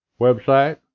website